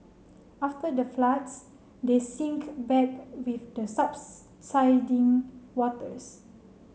after the floods they sink back with the subsiding waters